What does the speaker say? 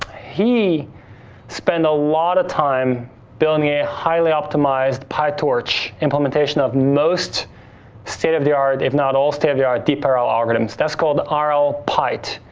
he spent a lot of time building a highly optimized pytorch implementation of most state of the art, if not all state of the art deep rl algorithms. that's called rl pyt.